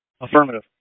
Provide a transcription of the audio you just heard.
Affirmative